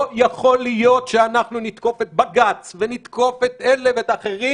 לא יכול להיות שאנחנו נתקוף את בג"ץ ואת נתקוף את אלה ואת האחרים